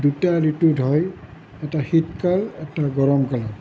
দুটা ঋতুত হয় এটা শীত কাল এটা গৰম কালত